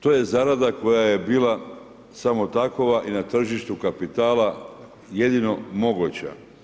To je zarada koja je bila samo takva i na tržištu kapitala jedino moguća.